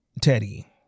Teddy